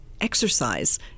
exercise